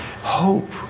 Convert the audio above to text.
hope